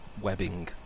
webbing